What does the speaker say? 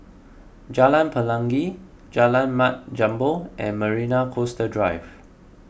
Jalan Pelangi Jalan Mat Jambol and Marina Coastal Drive